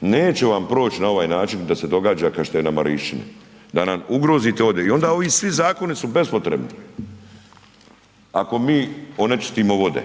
neće vam proć na ovaj način da se događa ka šta je na Marišćini, da nam ugrozite vode i onda ovi svi zakoni su bespotrebni ako mi onečistimo vode,